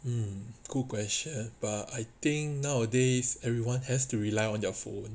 mm good question but I think nowadays everyone has to rely on their phones